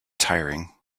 tiring